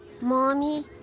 Mommy